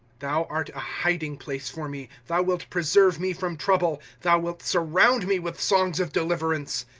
thou art a hiding-place for me thou wilt preserve me from trouble thou wilt surround me with songs of deliverance.